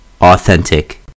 authentic